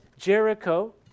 Jericho